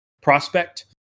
prospect